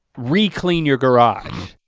re-clean your garage.